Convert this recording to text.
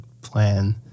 plan